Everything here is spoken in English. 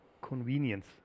convenience